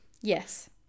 Yes